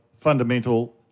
fundamental